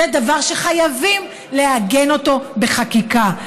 זה דבר שחייבים לעגן בחקיקה.